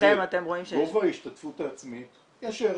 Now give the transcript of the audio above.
מבחינתכם אתם רואים שיש -- גובה ההשתתפות העצמית יש ערך,